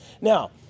Now